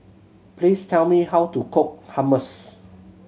please tell me how to cook Hummus